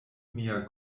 mia